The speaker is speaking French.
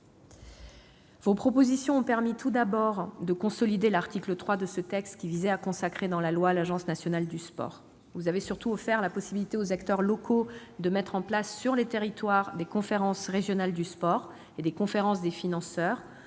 Vos propositions ont permis, tout d'abord, de consolider l'article 3 de ce texte qui vise à consacrer, dans la loi, l'Agence nationale du sport. Vous avez surtout offert la possibilité aux acteurs locaux de mettre en place, sur les territoires, des conférences régionales du sport et des conférences des financeurs,